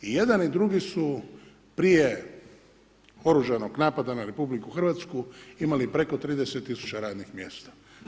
I jedan i drugi su prije oružanog napada na RH imali preko 30 tisuća radnih mjesta.